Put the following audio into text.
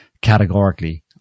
categorically